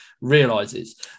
realizes